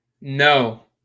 No